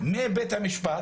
לבית המשפט